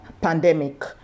pandemic